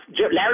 Larry